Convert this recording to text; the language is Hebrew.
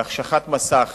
והחשכת מסך